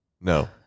No